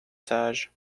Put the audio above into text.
sage